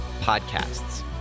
podcasts